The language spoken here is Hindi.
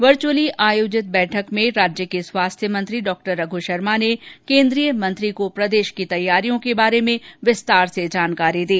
वर्च्यअली आयोजित बैठक में राज्य के स्वास्थ्य मंत्री डॉ रघु शर्मा ने केन्द्रीय मंत्री को प्रदेश की तैयारियों के बारे में विस्तार से जानकारी दी